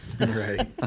Right